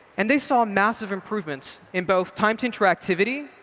and they saw massive improvements, in both time to interactivity,